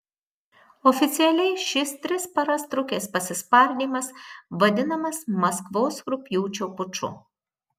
oficialiai šis tris paras trukęs pasispardymas vadinamas maskvos rugpjūčio puču